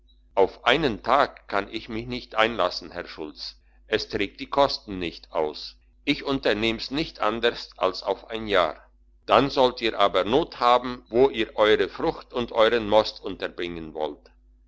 auf einen tag kann ich mich nicht einlassen herr schulz es trägt die kosten nicht aus ich unternehm's nicht anderst als auf ein jahr dann sollt ihr aber not haben wo ihr euere frucht und euern most unterbringen wollt